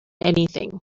anything